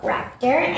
Raptor